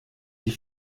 die